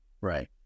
Right